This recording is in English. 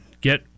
get